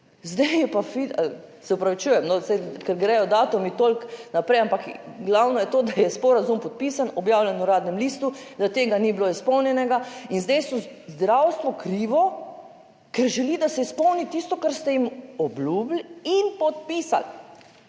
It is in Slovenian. zdaj je pa Fid..., se opravičujem, no, saj, ker gredo datumi toliko naprej, ampak glavno je to, da je sporazum podpisan, objavljen v Uradnem listu, da tega ni bilo izpolnjenega in zdaj so, zdravstvo krivo, ker želi, da se izpolni tisto, kar ste jim obljubili in podpisali.